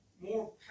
more